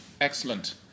excellent